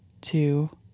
two